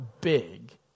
big